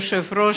אדוני היושב-ראש,